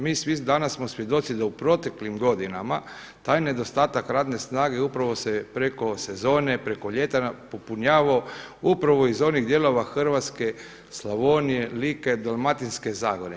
Mi svi danas smo svjedoci da u proteklim godinama taj nedostatak radne snage upravo se preko sezone, preko ljeta popunjavao upravo iz onih dijelova Hrvatske Slavonije, Like, Dalmatinske Zagore.